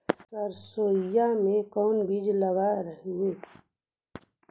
सरसोई मे कोन बीज लग रहेउ?